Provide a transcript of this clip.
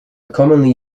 commonly